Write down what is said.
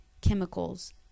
chemicals